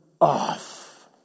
off